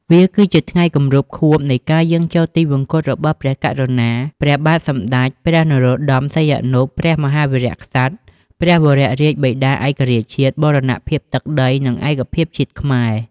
វាគឺជាថ្ងៃគម្រប់ខួបនៃការយាងចូលទិវង្គតរបស់ព្រះករុណា ព្រះបាទសម្ដេចព្រះនរោត្ដម សីហនុ ព្រះមហាវីរក្សត្រ ព្រះវររាជបិតាឯករាជ្យ បូរណភាពទឹកដី និងឯកភាពជាតិខ្មែរ។